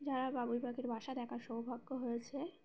যারা বাবুই পাখির বাসা দেখার সৌভাগ্য হয়েছে